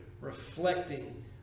reflecting